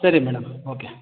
ಸರಿ madam okay